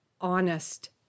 honest